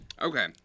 Okay